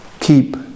keep